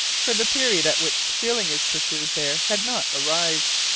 for the period at which sealing is pursued there had not arrived.